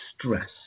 stress